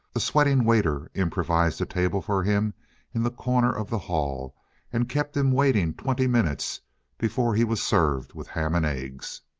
the sweating waiter improvised a table for him in the corner of the hall and kept him waiting twenty minutes before he was served with ham and eggs.